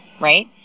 Right